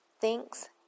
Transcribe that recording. thinks